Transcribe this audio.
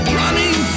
running